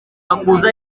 makuza